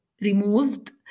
removed